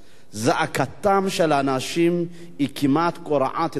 זעקתם של האנשים כמעט קורעת את הגג.